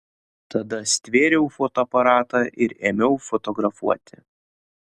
tada stvėriau fotoaparatą ir ėmiau fotografuoti